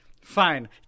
fine